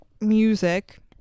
music